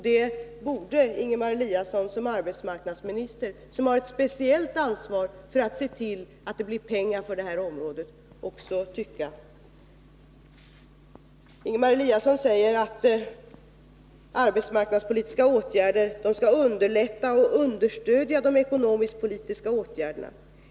Det borde Ingemar Eliasson som arbetsmarknadsminister, som har ett speciellt ansvar för att se till att det blir pengar för det här området, också tycka. Ingemar Eliasson säger att arbetsmarknadspolitiska åtgärder skall underlätta och understödja de ekonomisk-politiska åtgärderna.